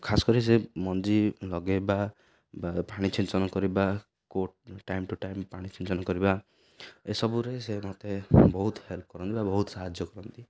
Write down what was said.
ଖାସ କରି ସେ ମଞ୍ଜି ଲଗେଇବା ବା ପାଣି ସିଞ୍ଚନ କରିବା କୋଟ ଟାଇମ୍ ଟୁ ଟାଇମ୍ ପାଣି ସିଞ୍ଚନ କରିବା ଏସବୁରେ ସେ ମୋତେ ବହୁତ ହେଲ୍ପ କରନ୍ତି ବା ବହୁତ ସାହାଯ୍ୟ କରନ୍ତି